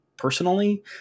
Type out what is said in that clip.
personally